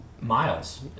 Miles